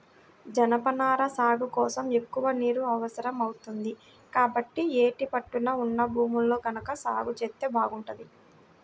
జనపనార సాగు కోసం ఎక్కువ నీరు అవసరం అవుతుంది, కాబట్టి యేటి పట్టున ఉన్న భూముల్లో గనక సాగు జేత్తే బాగుంటది